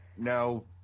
Now